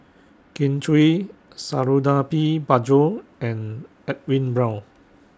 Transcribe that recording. Kin Chui Suradi Parjo and Edwin Brown